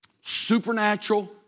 Supernatural